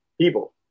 people